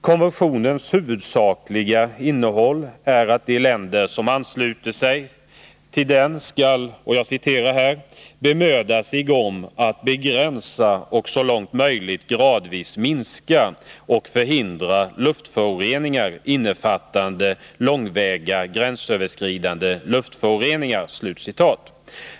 Konventionens huvudsakliga innehåll är att de länder som ansluter sig till den skall ”bemöda sig om att begränsa och så långt möjligt gradvis minska och förhindra luftföroreningar, innefattande långväga gränsöverskridande luftföroreningar”.